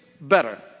better